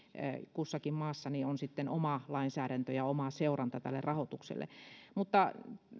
kussakin maassa on oma lainsäädäntö ja oma seuranta tälle rahoitukselle mutta